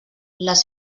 les